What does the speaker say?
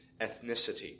ethnicity